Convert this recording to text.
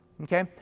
Okay